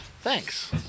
Thanks